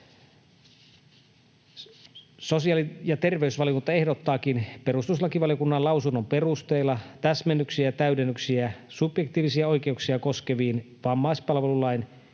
Sosiaali- ja terveysvaliokunta ehdottaakin perustuslakivaliokunnan lausunnon perusteella täsmennyksiä ja täydennyksiä subjektiivisia oikeuksia koskeviin vammaispalvelulain